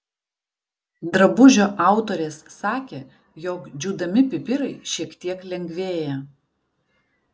drabužio autorės sakė jog džiūdami pipirai šiek tiek lengvėja